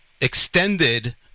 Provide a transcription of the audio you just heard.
extended